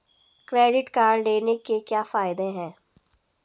Credit card लेने के क्या फायदे हैं?